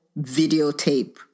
videotape